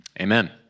amen